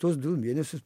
tuos du mėnesius